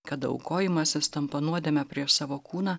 kad aukojimasis tampa nuodėme prieš savo kūną